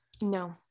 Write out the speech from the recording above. no